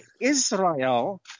Israel